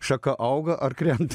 šaka auga ar krenta